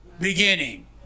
Beginning